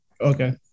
Okay